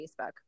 Facebook